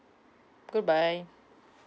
good bye